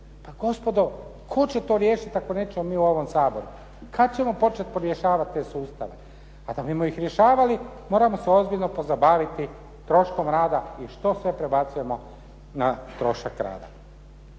Pa gospodo tko će to riješiti ako mi nećemo u ovom Saboru? Kada ćemo početi rješavati te sustave? A da bi ih rješavali moramo se ozbiljno poznavati troškom rada i što sve prebacujemo na trošak rada.